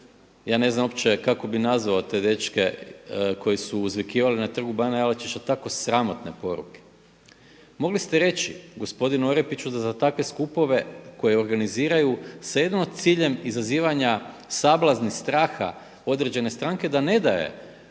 ja ne znam uopće kako bi nazvao te dečke koji su uzvikivali na Trgu bana Jelačića tako sramotne poruke, mogli ste reći gospodinu Orepiću da za takve skupove koje organiziraju sa jedino ciljem izazivanja sablazni, straha određene stranke da ne daje